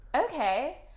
okay